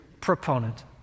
proponent